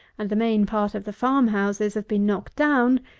and the main part of the farm-houses have been knocked down,